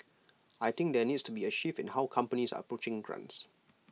I think there needs to be A shift in how companies are approaching grants